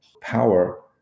power